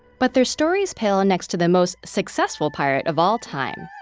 but their stories pale next to the most successful pirate of all time.